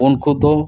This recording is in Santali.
ᱩᱱᱠᱩ ᱫᱚ